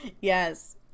Yes